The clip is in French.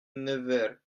nevers